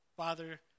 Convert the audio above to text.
Father